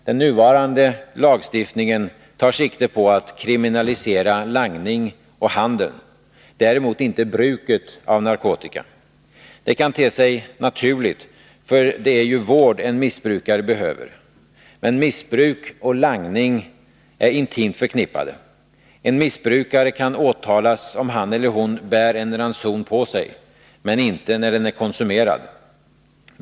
Den nuvarande lagstiftningen tar sikte på att kriminalisera langningen och handeln, däremot inte bruket av narkotika. Det kan te sig naturligt. För det är ju vård en missbrukare behöver. Men missbruk och langning är intimt förknippade. En missbrukare kan åtalas, om han eller hon bär en ranson på sig men inte när den är konsumerad.